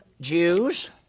Jews